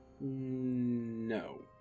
No